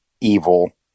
evil